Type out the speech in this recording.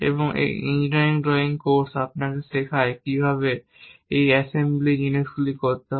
এবং এই engineering drawing course আপনাকে শেখায় কিভাবে এই অ্যাসেম্বলি জিনিসগুলি করতে হয়